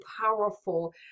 powerful